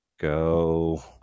go